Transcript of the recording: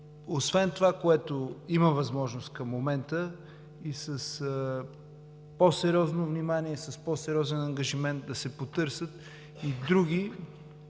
освен това, което има възможност към момента, и с по-сериозно внимание, и с по-сериозен ангажимент да се потърсят и други